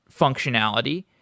functionality